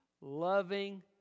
loving